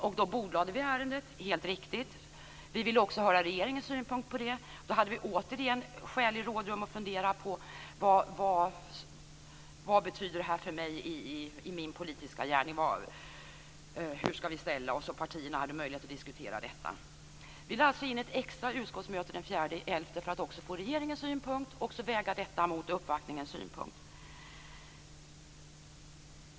Ärendet bordlades då helt riktigt. Vi ville höra regeringens synpunkt. Vi hade återigen skäligt rådrum att fundera på vad detta betyder för var och en i vår politiska gärning. Partierna hade möjlighet att diskutera ärendet. Vi lade in ett extra utskottsmöte den 4 november för att få regeringens synpunkt, så att den synpunkten kunde vägas mot uppvaktningens synpunkt.